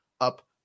up